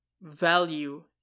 value